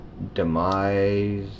demise